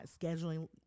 scheduling